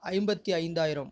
ஐம்பத்தி ஐந்தாயிரம்